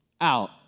out